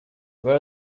where